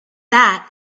that